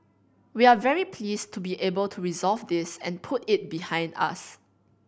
we're very pleased to be able to resolve this and put it behind us